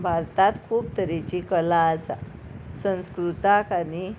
भारतात खूब तरेची कला आसा संस्कृताक आनी